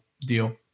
deal